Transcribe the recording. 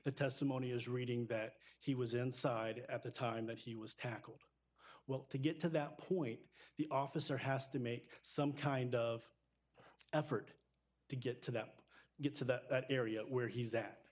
the testimony is reading that he was inside at the time that he was tackled well to get to that point the officer has to make some kind of effort to get to that get to that area where he's at